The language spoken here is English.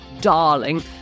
darling